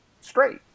straight